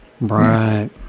Right